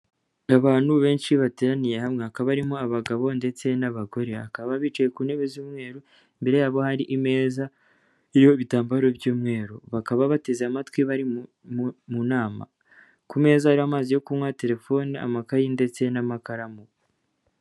Abantu benshi bateraniye hamwe, hakaba harimo abagabo ndetse n'abagore, hakaba bicaye ku ntebe z'umweru, imbere yabo hari imeza, iriho ibitambaro by'umweru, bakaba bateze amatwi bari mu nama, ku meza hari amazi yo kunywa, telefone amakayi ndetse n'amakaramu.